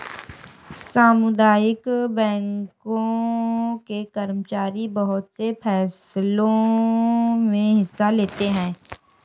सामुदायिक बैंकों के कर्मचारी बहुत से फैंसलों मे हिस्सा लेते हैं